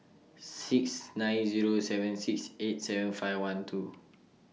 six nine Zero seven six eight seven five one two